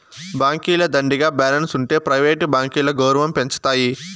బాంకీల దండిగా బాలెన్స్ ఉంటె ప్రైవేట్ బాంకీల గౌరవం పెంచతాయి